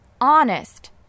honest